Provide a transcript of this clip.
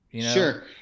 Sure